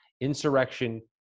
Insurrection